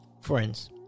Friends